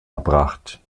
erbracht